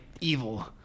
evil